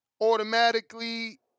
Automatically